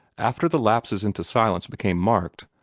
after the lapses into silence became marked,